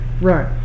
Right